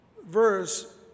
verse